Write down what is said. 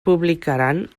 publicaran